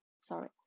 sorry